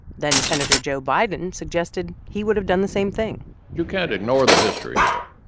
then-senator joe biden suggested he would've done the same thing you can't ignore the history here.